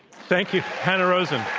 thank you, hanna rosin.